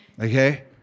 okay